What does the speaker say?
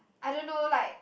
I don't know like